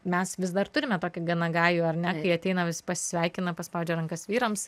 mes vis dar turime tokį gana gajų ar ne kai ateina visi pasisveikina paspaudžia rankas vyrams